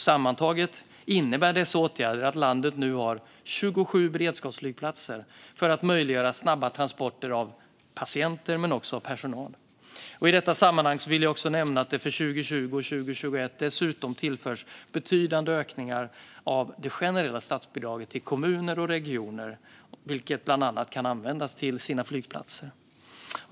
Sammantaget innebär dessa åtgärder att landet nu har 27 beredskapsflygplatser för att möjliggöra snabba transporter av patienter och personal. I detta sammanhang vill jag också nämna att det för 2020 och 2021 dessutom tillförts betydande ökningar av det generella statsbidraget till kommuner och regioner, vilket de bland annat kan använda till sina flygplatser.